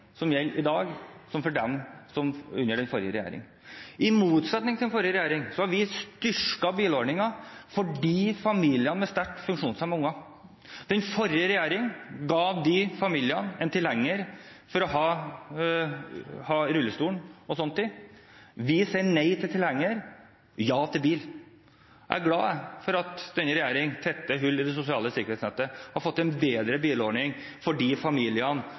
som gjelder i dag som under den forrige regjeringen. I motsetning til den forrige regjering har vi styrket bilordningen for familier med sterkt funksjonshemmede unger. Den forrige regjeringen ga disse familiene en tilhenger til å ha rullestol og sånt i. Vi sier nei til tilhenger, ja til bil. Jeg er glad, jeg, for at denne regjeringen tetter hull i det sosiale sikkerhetsnettet, og at vi har fått en bedre bilordning for de familiene